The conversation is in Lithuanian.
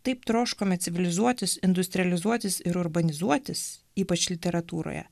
taip troškome civilizuotis industrializuotis ir urbanizuotis ypač literatūroje